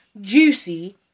juicy